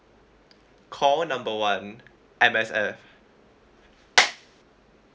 call number one M_S_F